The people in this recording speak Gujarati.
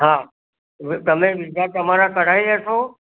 હા તમે વિઝા તમારા કઢાવી લેશો